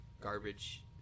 garbage